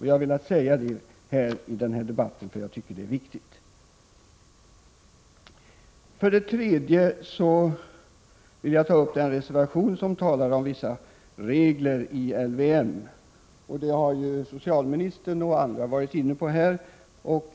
Jag har velat säga det i den här debatten därför att jag tycker att det är viktigt. För det tredje vill jag ta upp den reservation som talar om vissa regler i LVM, något som socialministern och andra varit inne på här.